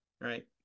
right